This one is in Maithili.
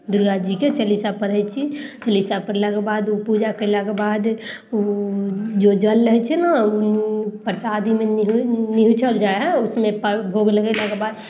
दुर्गाजी के चलीसा पढ़य छी चलीसा पढ़लाक बाद उ पूजा कयलाके बाद उ जो जल रहय छै ने उ प्रसादीमे निहु निहुछल जाइ हइ उसमे पर्व भोग लगेलाके बाद